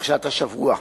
פרשת השבוע.